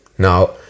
Now